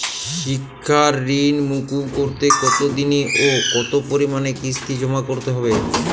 শিক্ষার ঋণ মুকুব করতে কতোদিনে ও কতো পরিমাণে কিস্তি জমা করতে হবে?